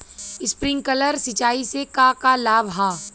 Sprinkler सिंचाई से का का लाभ ह?